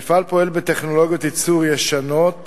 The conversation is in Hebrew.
המפעל פועל בטכנולוגיות ייצור ישנות